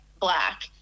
black